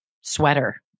sweater